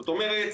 זאת אומרת,